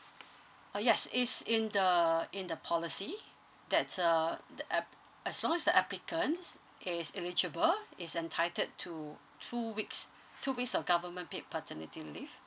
uh yes it's in the in the policy that's uh as as long as the applicants is eligible is entitled to two weeks two weeks of government paid paternity leave